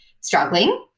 struggling